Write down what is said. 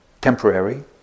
temporary